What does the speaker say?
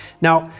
now,